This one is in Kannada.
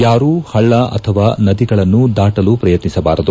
ಯಾರೂ ಪಳ್ಳ ಅಥವಾ ನದಿಗಳನ್ನು ದಾಟಲು ಪ್ರಯತ್ನಿಸಬಾರದು